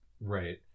right